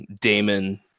Damon